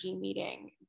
meeting